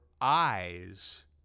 eyes